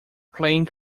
playing